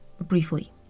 briefly